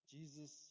Jesus